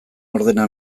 ordena